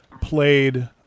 played